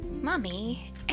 Mommy